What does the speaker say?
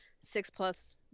six-plus